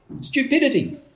stupidity